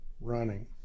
running